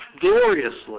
gloriously